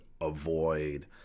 avoid